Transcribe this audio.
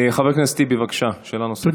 חבר הכנסת טיבי, בבקשה, שאלה נוספת.